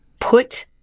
put